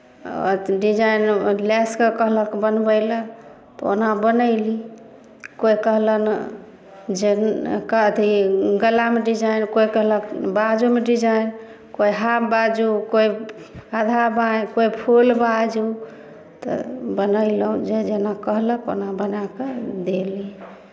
design लैस कऽ कहलक बनबै लए तऽ ओना बनयली कोइ कहलक जे अथी गलामे डिजाइन कोइ कहलक बाजूमे डिजाइन कोइ हाफ बाजू कोइ आधा बाँहि कोइ फुल बाजू तऽ बनयलहुँ जे जेना कहलक ओना बना कऽ देली